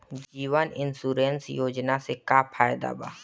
जीवन insurance योजना से का फायदा बा?